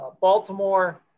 Baltimore –